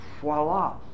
voila